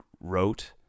wrote